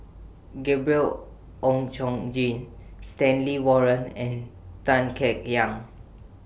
Gabriel Oon Chong Jin Stanley Warren and Tan Kek Hiang